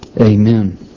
Amen